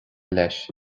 leis